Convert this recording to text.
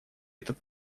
этот